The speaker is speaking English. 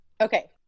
Okay